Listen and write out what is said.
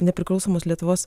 nepriklausomos lietuvos